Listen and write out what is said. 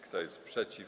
Kto jest przeciw?